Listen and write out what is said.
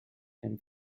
and